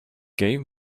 gave